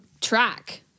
track